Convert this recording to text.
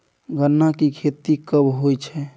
गन्ना की खेती कब होय छै?